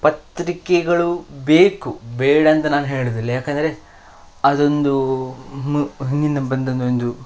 ಪತ್ರಿಕೆಗಳು ಬೇಕು ಬೇಡ ಅಂತ ನಾನು ಹೇಳೋದಿಲ್ಲ ಯಾಕೆಂದ್ರೆ ಅದೊಂದು ಹಿಂದಿಂದ ಬಂದದ್ದೊಂದು